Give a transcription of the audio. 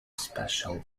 special